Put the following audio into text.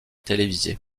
télévisées